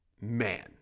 Man